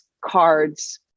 cards